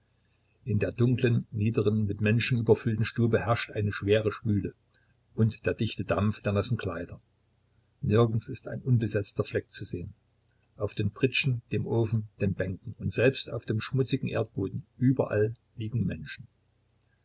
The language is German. in der dunklen niederen mit menschen überfüllten stube herrscht eine schwere schwüle und der dichte dampf der nassen kleider nirgends ist ein unbesetzter fleck zu sehen auf den pritschen dem ofen den bänken und selbst auf dem schmutzigen erdboden überall liegen menschen